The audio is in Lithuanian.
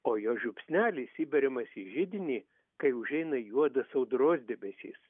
o jos žiupsnelis įberiamas į židinį kai užeina juodas audros debesys